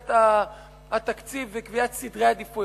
קביעת התקציב וקביעת סדרי עדיפויות.